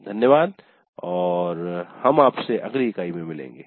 धन्यवाद और हम आपसे अगली इकाई में मिलेंगे